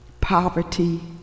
poverty